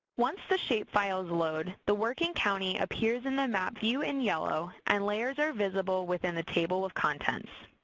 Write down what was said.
once the shapefiles load, the working county appears in the map view in yellow and layers are visible within the table of contents.